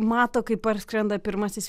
mato kaip parskrenda pirmasis